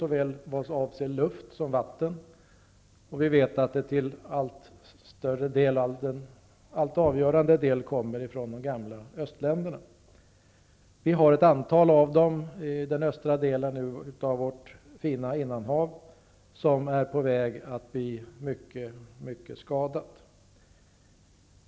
Det gäller både luftföroreningar och vattenföroreningar. Vi vet att den avgörande delen av föroreningarna kommer från de gamla östländerna. Den östra delen av vårt fina innanhav är på väg att bli mycket skadad.